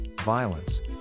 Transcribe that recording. violence